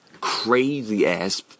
crazy-ass